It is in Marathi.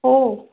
हो